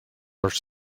are